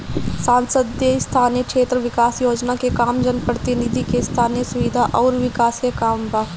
सांसद स्थानीय क्षेत्र विकास योजना के काम जनप्रतिनिधि के स्थनीय सुविधा अउर विकास के काम बा